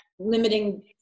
Limiting